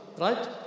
Right